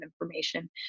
information